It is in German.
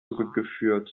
zurückgeführt